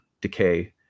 decay